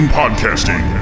podcasting